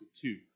two